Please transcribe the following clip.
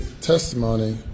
testimony